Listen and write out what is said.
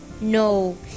no